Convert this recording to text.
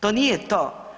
To nije to.